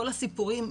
כל הסיפורים,